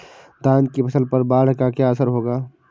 धान की फसल पर बाढ़ का क्या असर होगा?